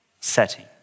setting